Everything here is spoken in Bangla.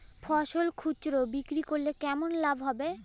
ফসল খুচরো বিক্রি করলে কেমন লাভ হবে?